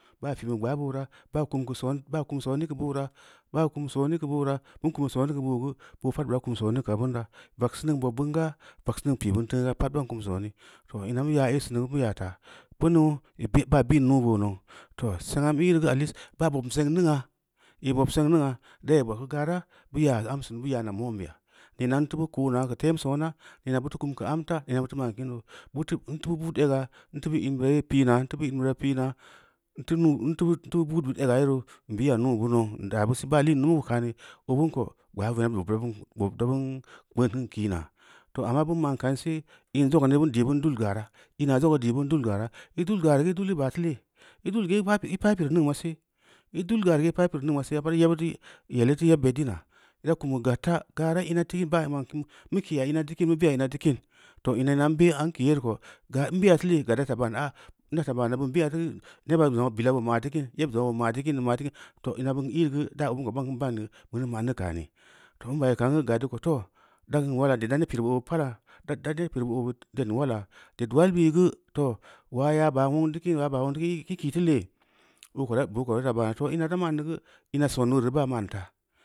Baa pi bu gbaa bei ra, baa kum sooni keu boora, baa kum sooni keu boora, bin kum sooni keu boogu, boo pad bura kum sooni keu obina, vagseu ning bobbin ga, vagseu ning pii bin teungnu ga pad bam kum sooni, too ina mu yaa ei sin neu geu mu yaa ta, beu baa bi’ nuu boo nau, too sengna mu ī’ reu geu at least ba bobm senga mingna, i bob seng mingna doi baa geu gara bu yaa am sunu bu yaana mo’n beya, neena n teu bu ko’no geu teun soona neena butu kum geu amfa neena bufu mo’n kin deu, neu bu buud ega, n tu in bira yel pi’na, na bu in bira pina n teu bu buud bid ega roo, n biya nuu bu nou n daa bu si ba lin tumu geu kaani, abin ko gbaa gu veneb bob dabin kpeun kan kiina, too ama bin mo’n kansel, in sogeu neu bin dii bin dul gara, in ula zegeu gu dii bin dul gara, i dul gareu geu dal i baa reu lee? I duli geu ī paa pireu mingn ma see, ī dul gareu geu i paa pireu ningn ma sel, yebbid di yel ireu yeb beddina, ira kunu keu gad ta, gara ina mu ī ban beu teu kim, mu kuya m̄a teu kim mu be’a m̄a teu kin to ma n be’ n kiiya yereu ko, n be’a teu lee gad du faa ban aa, neu taa baana bin be’a teu neba zongno bila bu ma’teu kin, zongna bu ma’teu kim, bu ma’ teu kim too m̄a bin ī’ reu geu obin ko bin deun banne, bini ma’n nī kaani too n baagi kaan geu gad deu ko too, da kin wala ded da neb pireu be oo pala, da neb pireu beu oo dedula la ded wal bui geu to wal yaa bau nueong teu kin yaa baa muong teu kin ē kii teu lee, boo ko bura taa baana ina da ma’n neu geu ina san ulereu reu ban ma’n taa